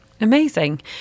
Amazing